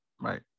Right